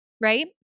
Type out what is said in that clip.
right